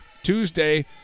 Tuesday